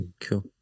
Cool